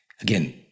again